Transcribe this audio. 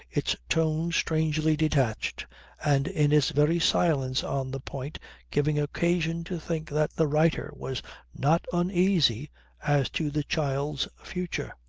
its tone strangely detached and in its very silence on the point giving occasion to think that the writer was not uneasy as to the child's future.